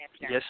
Yes